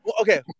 Okay